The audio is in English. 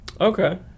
Okay